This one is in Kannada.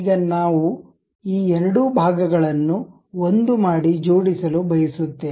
ಈಗ ನಾವು ಈ ಎರಡು ಭಾಗಗಳನ್ನು ಒಂದು ಮಾಡಿ ಜೋಡಿಸಲು ಬಯಸುತ್ತೇವೆ